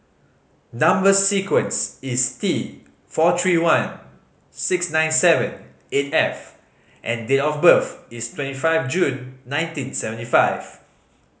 number sequence is T four three one six nine seven eight F and date of birth is twenty five June nineteen seventy five